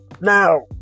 Now